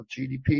GDP